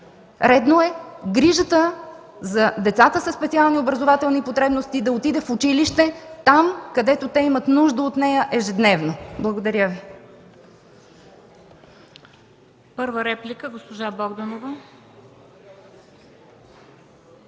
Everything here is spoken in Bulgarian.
Редно е грижата за децата със специални образователни потребности да отиде в училище – там, където те ежедневно имат нужда от нея. Благодаря Ви.